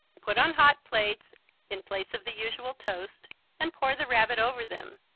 put on hot plates in place of the usual toast and pour the rabbit over them.